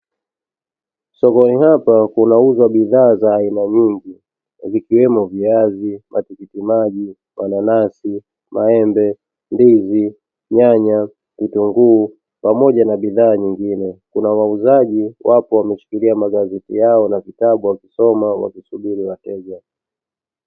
Sokoni hapa kunauzwa bidhaa za aina nyingi zikiwemo viazi, matikiti maji, mananasi, maembe, ndizi, nyanya, vitunguu pamoja na bidhaa nyingine. Kuna wauzaji wapo wameshikilia magazeti yao na vitabu wakisoma wakisubiri wateja.